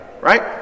Right